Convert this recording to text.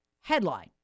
Headline